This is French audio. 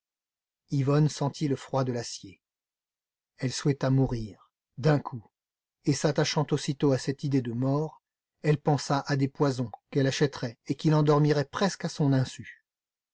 yvonne sentit le froid de l'acier elle souhaita mourir d'un coup et s'attachant aussitôt à cette idée de mort elle pensa à des poisons qu'elle achèterait et qui l'endormiraient presque à son insu